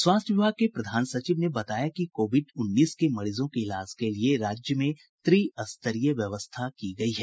स्वास्थ्य विभाग के प्रधान सचिव ने कहा कि कोविड उन्नीस के मरीजों के इलाज के लिये राज्य में त्रि स्तरीय व्यवस्था की गयी है